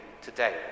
today